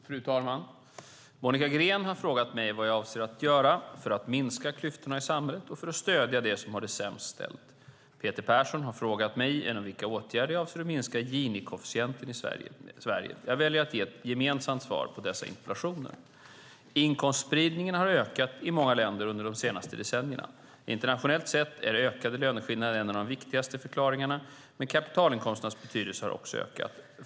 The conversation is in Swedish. Fru talman! Monica Green har frågat mig vad jag avser att göra för att minska klyftorna i samhället och för att stödja dem som har det sämst ställt. Peter Persson har frågat mig genom vilka åtgärder jag avser att minska Gini-koefficienten i Sverige. Jag väljer att ge ett gemensamt svar på dessa interpellationer. Inkomstspridningen har ökat i många länder under de senaste decennierna. Internationellt sett är ökade löneskillnader en av de viktigaste förklaringarna, men kapitalinkomsternas betydelse har också ökat.